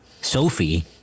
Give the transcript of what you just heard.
sophie